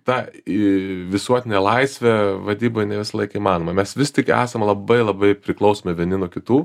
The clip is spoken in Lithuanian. tą į visuotinę laisvę vadyba ne visą laiką įmanoma mes vis tik esam labai labai priklausomi vieni nuo kitų